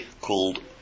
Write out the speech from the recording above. called